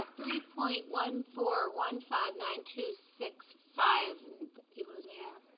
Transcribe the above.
three point one four one five nine two six five you lose me there.